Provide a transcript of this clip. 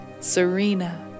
Serena